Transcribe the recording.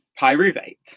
pyruvate